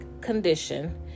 condition